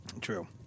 True